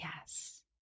Yes